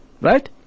right